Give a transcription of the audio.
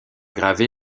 gravé